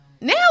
Now